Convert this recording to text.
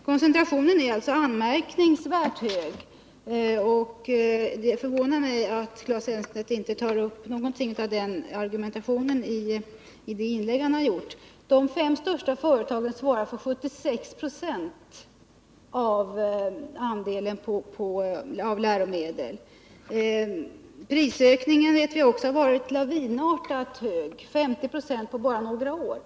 Koncentrationen är alltså anmärkningsvärt hög, och det förvånar mig att Claes Elmstedt inte tog upp någonting om det i sitt inlägg. De fem största företagen svarar för 76 96 av läromedlen. Prisökningen har uppgått till 50 96 på bara några år.